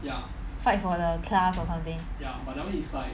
fight for the class or something